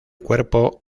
cuerpo